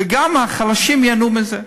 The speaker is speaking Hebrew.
וגם החלשים ייהנו מזה,